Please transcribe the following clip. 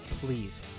Please